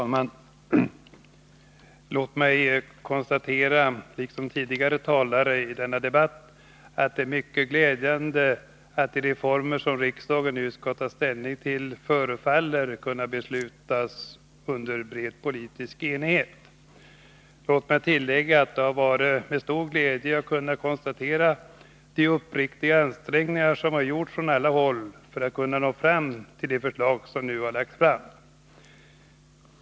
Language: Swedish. Fru talman! Låt mig konstatera — liksom tidigare talare i denna debatt — att det är mycket glädjande att de reformer som riksdagen nu skall ta ställning till förefaller kunna beslutas i bred politisk enighet. Låt mig tillägga att det har varit med stor glädje jag kunnat konstatera de uppriktiga ansträngningar som har gjorts från alla håll för att kunna nå fram till de förslag som nu behandlas.